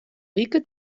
wike